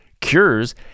cures